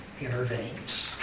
intervenes